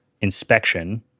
inspection